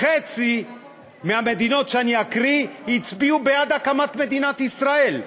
חצי מהמדינות שאני אקריא הצביעו בעד הקמת מדינת ישראל.